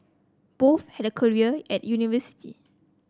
both had a career at university